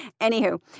Anywho